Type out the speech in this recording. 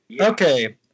Okay